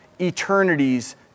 eternities